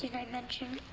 i mention.